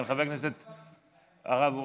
חבר הכנסת ג'אבר עסאקלה,